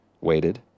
waited